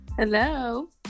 Hello